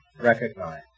recognize